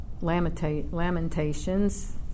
Lamentations